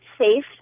safe